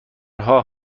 های